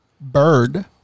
Bird